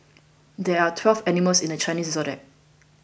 there are twelve animals in the Chinese zodiac